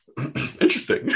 interesting